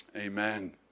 Amen